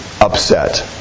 upset